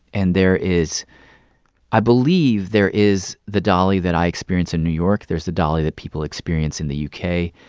and there is i believe there is the dolly that i experienced in new york there's the dolly that people experience in the u k.